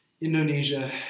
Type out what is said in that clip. Indonesia